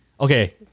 okay